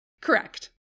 Correct